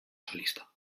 solista